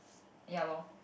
ya lor